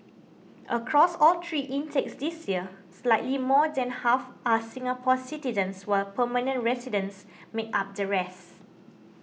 across all three intakes this year slightly more than half are Singapore citizens while permanent residents make up the rests